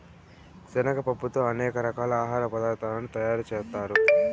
శనగ పప్పుతో అనేక రకాల ఆహార పదార్థాలను తయారు చేత్తారు